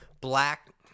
black